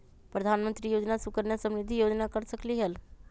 प्रधानमंत्री योजना सुकन्या समृद्धि योजना कर सकलीहल?